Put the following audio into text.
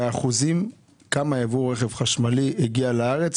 באחוזים כמה יבוא רכב חשמלי הגיע לארץ,